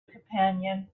companion